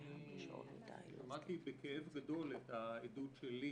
אני שמעתי בכאב גדול את העדות של לי